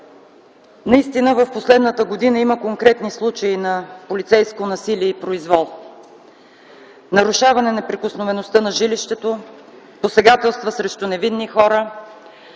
Наистина в последната година има конкретни случаи на полицейско насилие и произвол – нарушаване неприкосновеността на жилището; посегателства срещу невинни хора;